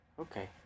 Okay